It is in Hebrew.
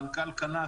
מנכ"ל קנט,